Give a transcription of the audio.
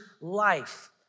life